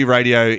Radio